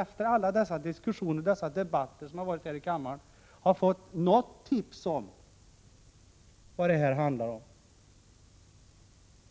Efter alla dessa diskussioner och debatter här i kammaren borde man väl ha fått något tips om vad detta handlar om.